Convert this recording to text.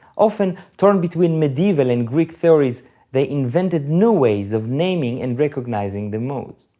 often torn between medieval and greek theories they invented new ways of naming and recognizing the modes.